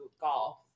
golf